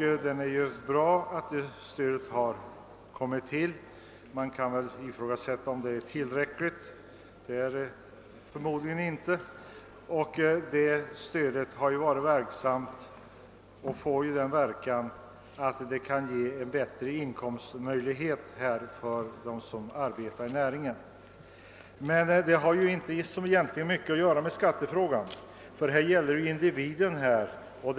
Det är bra att detta stöd har kommit till stånd, men man kan ifrågasätta om det är tillräckligt. Det är det förmodligen inte. Stödet kan ge bättre inkomstmöjligheter för dem som arbetar i näringen. Men det har egentligen inte mycket att göra med skattefrågan. Här gäller det individen och